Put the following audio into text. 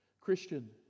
Christian